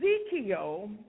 Ezekiel